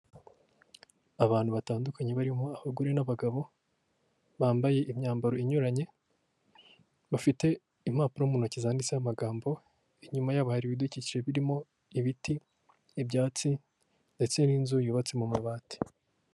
Abantu batandukanye barimo abagore n'abagabo, bambaye imyambaro inyuranye, bafite impapuro mu ntoki zanditseho amagambo, inyuma yabo hari ibidukikije birimo: ibiti, ibyatsi ndetse n'inzu yubatse mu mabati.